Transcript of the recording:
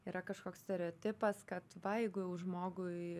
yra kažkoks stereotipas kad va jeigu jau žmogui